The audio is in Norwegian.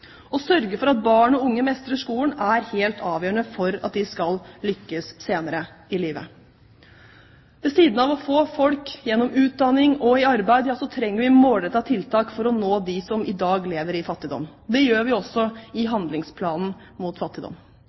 å sørge for at barn og unge mestrer skolen, er helt avgjørende for at de skal lykkes senere i livet. Ved siden av å få folk gjennom utdanning og i arbeid trenger vi målrettede tiltak for å nå dem som i dag lever i fattigdom. Det gjør vi også i handlingsplanen mot fattigdom.